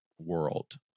world